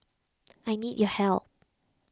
I need your help